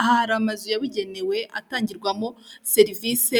Aha hari amazu yabugenewe atangirwamo serivisi